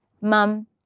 mom